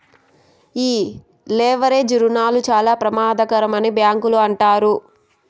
ఈ లెవరేజ్ రుణాలు చాలా ప్రమాదకరమని బ్యాంకులు అంటారు